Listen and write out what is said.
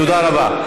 תודה רבה.